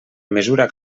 mesura